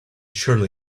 surely